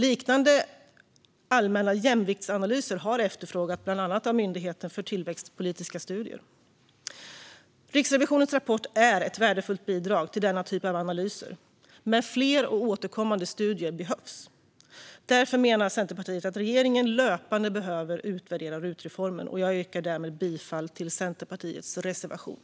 Liknande allmänna jämviktsanalyser har efterfrågats av bland annat Myndigheten för tillväxtpolitiska studier. Riksrevisionens rapport är ett värdefullt bidrag till denna typ av analyser, men fler och återkommande studier behövs. Därför menar Centerpartiet att regeringen löpande behöver utvärdera RUT-reformen. Jag yrkar därmed bifall till Centerpartiets reservation.